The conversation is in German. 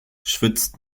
schwitzt